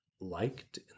liked